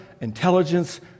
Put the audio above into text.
intelligence